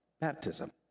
Baptism